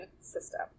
system